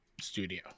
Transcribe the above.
studio